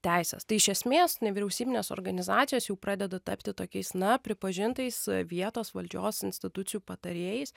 teises tai iš esmės nevyriausybinės organizacijos jau pradeda tapti tokiais na pripažintais vietos valdžios institucijų patarėjais